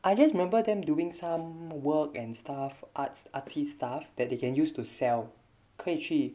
I just remember them doing some work and stuff arts~ artsy stuff that they can use to sell 可以去